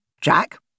Jack